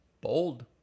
bold